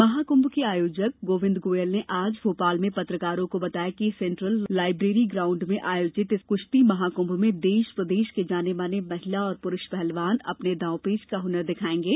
महाकुंभ के आयोजक गोविंद गोयल ने आज भोपाल में पत्रकारों को बताया कि सेन्ट्रल लाइब्रेरी ग्राउंड में आयोजित इस क्श्ती महाकृभ में देश प्रदेश के जाने माने महिला और पुरुष पहलवान अपने दावपेंच का हुनर दिखाएंगे